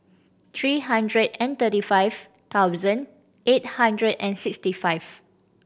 three hundred and thirty five thousand eight hundred and sixty five